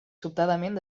sobtadament